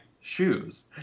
shoes